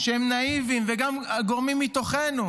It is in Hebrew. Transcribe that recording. שהם נאיביים, וגם גורמים מתוכנו,